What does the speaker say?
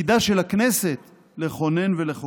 תפקידה של הכנסת לכונן ולחוקק,